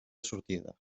sortida